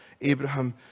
Abraham